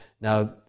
Now